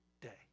day